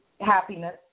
happiness